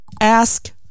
ask